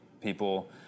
people